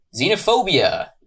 xenophobia